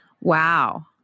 Wow